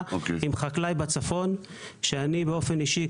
שוחחתי עם חקלאי בצפון שאני באופן אישי,